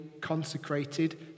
consecrated